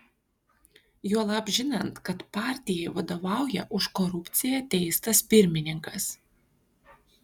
juolab žinant kad partijai vadovauja už korupciją teistas pirmininkas